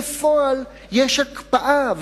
בפועל יש הקפאה,